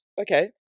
Okay